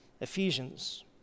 Ephesians